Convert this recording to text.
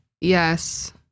Yes